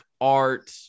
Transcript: art